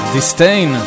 Disdain